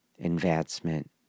advancement